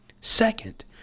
Second